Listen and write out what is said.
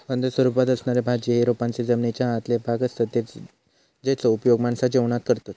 कंद स्वरूपात असणारे भाज्ये हे रोपांचे जमनीच्या आतले भाग असतत जेचो उपयोग माणसा जेवणात करतत